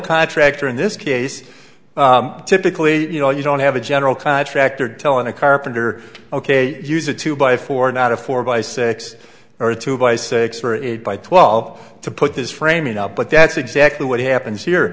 contractor in this case typically you know you don't have a general contractor telling a carpenter ok to use a two by four not a four by six or a two by six or eight by twelve to put his framing up but that's exactly what happens here